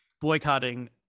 boycotting